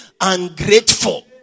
Ungrateful